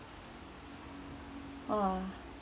oh